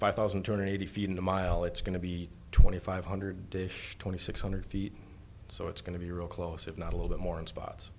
five thousand two hundred eighty feet in a mile it's going to be twenty five hundred twenty six hundred feet so it's going to be real close if not a little bit more in spots